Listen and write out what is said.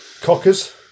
Cockers